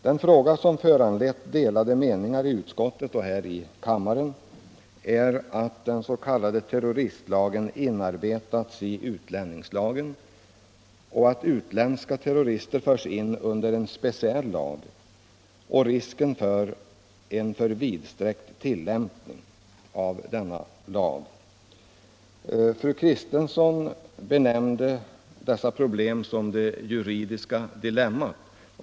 Den fråga som föranlett delade meningar i utskottet och här i kammaren gäller att den s.k. terroristlagen inarbetats i utlänningslagen, att utländska terrorister förs in under en speciell lag och att det finns risk för en för vidsträckt tillämpning av denna lag. Fru Kristensson betecknade dessa problem som ett juridiskt dilemma.